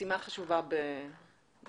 משימה חשובה בפניך.